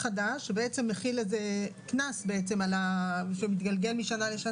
לעומת השכר הממוצע המתוקן.